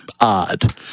odd